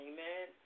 Amen